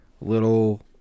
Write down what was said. little